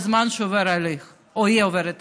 בזמן שהוא עובר הליך או היא עוברת הליך.